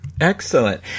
Excellent